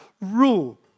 rule